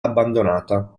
abbandonata